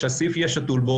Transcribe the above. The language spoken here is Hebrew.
שהסעיף יהיה שתול בו,